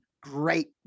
Great